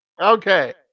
Okay